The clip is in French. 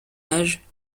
âge